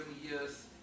years